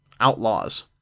outlaws